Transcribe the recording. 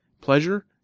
pleasure